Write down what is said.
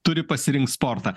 turi pasirinkt sportą